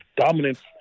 dominance